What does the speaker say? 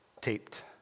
taped